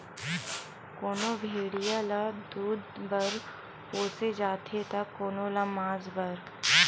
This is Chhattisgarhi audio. कोनो भेड़िया ल दूद बर पोसे जाथे त कोनो ल मांस बर